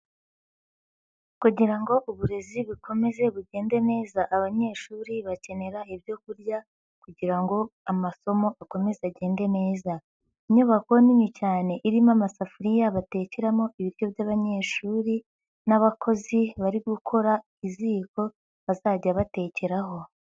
Kugira ngo uburezi bukomeze bugende neza, abanyeshuri bakenera ibyo kurya kugira ngo amasomo akomeze agende neza, inyubako nini cyane irimo amasafuriya batekeramo ibiryo by'abanyeshuri n'abakozi bari gukora iziko bazajya batekeraho.